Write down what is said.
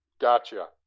Gotcha